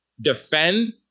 Defend